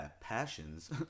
passions